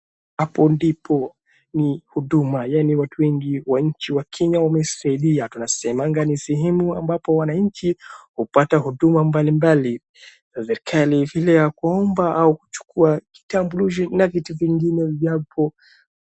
Hapo ndipo ni huduma yaani watu wengi wananchi wa kenya wamesimama na tunasemanga ni sehemu ambapo wananchi hupata huduma mbalimbali kama vile kuchukua vitambulisho na vitu vingine.